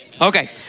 Okay